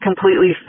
completely